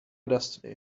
destiny